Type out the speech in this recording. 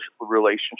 relationship